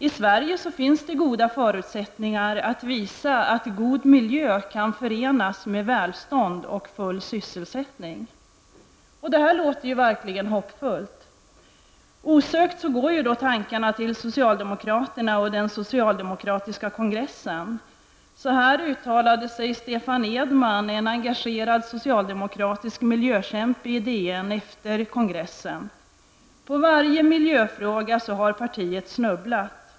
I Sverige finns goda förutsättningar att visa att god miljö kan förenas med välstånd och full sysselsättning.'' Det här låter verkligen hoppfullt. Osökt går tankarna till socialdemokraterna och den socialdemokratiska kongressen. Så här uttalade sig ''På varje miljöfråga har partiet snubblat.